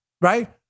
right